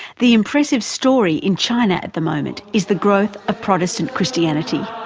the impressive story in china at the moment is the growth of protestant christianity.